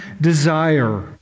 desire